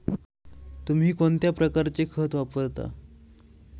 तुम्ही कोणत्या प्रकारचे खत वापरता?